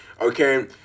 okay